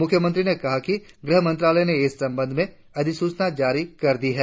मुख्यमंत्री नें कहा कि गृह मंत्रालय ने इस संबंध में अधिसूचना जारी कर दी है